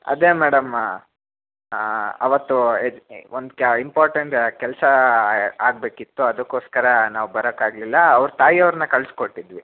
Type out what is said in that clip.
ಅದೇ ಮೇಡಮ್ ಅವತ್ತು ಇದು ಒಂದು ಕೆ ಇಂಪಾರ್ಟೆಂಟ್ ಕೆಲಸ ಆಗಬೇಕಿತ್ತು ಅದಕ್ಕೋಸ್ಕರ ನಾವು ಬರೋಕ್ಕಾಗ್ಲಿಲ್ಲ ಅವ್ರ ತಾಯಿಯವ್ರನ್ನ ಕಳ್ಸಿಕೊಟ್ಟಿದ್ವಿ